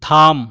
থাম